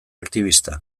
aktibista